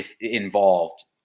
involved